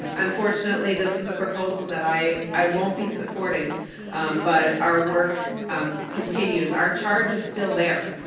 unfortunately this is a proposal that i i won't be supporting but our work um continues. our charge is still there.